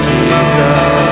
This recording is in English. Jesus